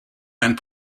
and